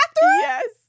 Yes